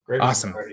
Awesome